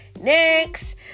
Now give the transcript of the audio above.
next